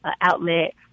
outlet